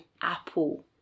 apple